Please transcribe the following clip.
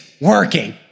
working